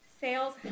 Sales